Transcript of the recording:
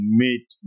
meet